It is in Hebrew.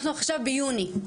אנחנו עכשיו ביוני.